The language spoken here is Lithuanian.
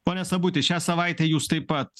pone sabuti šią savaitę jūs taip pat